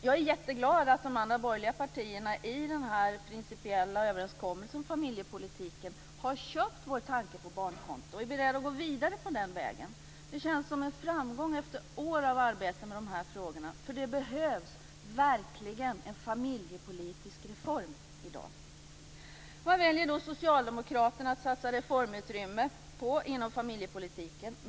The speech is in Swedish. Jag är jätteglad att de andra borgerliga partierna i den principiella överenskommelsen om familjepolitiken har köpt vår tanke på barnkonto, är beredda att gå vidare på den vägen. Det känns som en framgång efter år av arbete med de här frågorna. Det behövs verkligen en familjepolitisk reform i dag. Vad väljer då socialdemokraterna att satsa reformutrymmet på inom familjepolitiken?